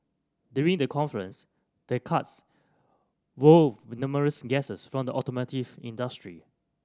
during the conference the karts wowed numerous guests from the automotive industry